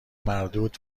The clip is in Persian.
مردود